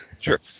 sure